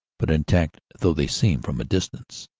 but intact though they seem from a distance,